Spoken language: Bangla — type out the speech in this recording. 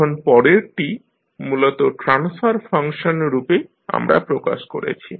এখন পরেরটি মূলত ট্রান্সফার ফাংশন রূপে আমরা প্রকাশ করেছি